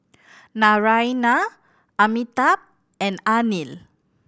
Naraina Amitabh and Anil